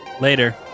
Later